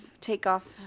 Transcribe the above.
takeoff